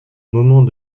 moments